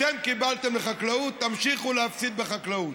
אתם קיבלתם לחקלאות, תמשיכו להפסיד בחקלאות,